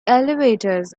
elevators